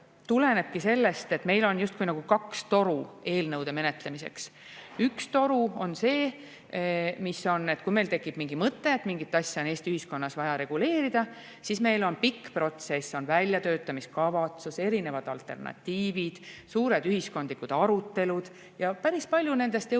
tulenebki sellest, et meil on justkui kaks toru eelnõude menetlemiseks. Üks toru on see: kui meil tekib mingi mõte, et mingit asja on Eesti ühiskonnas vaja reguleerida, siis meil on pikk protsess, on väljatöötamiskavatsus, erinevad alternatiivid, suured ühiskondlikud arutelud, ja päris palju nendest jõuab